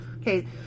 Okay